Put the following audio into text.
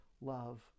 love